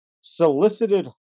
solicited